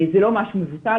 זה לא משהו מבוטל.